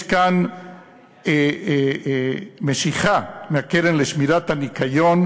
יש כאן משיכה מהקרן לשמירת הניקיון,